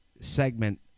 segment